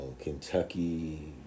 Kentucky